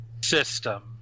system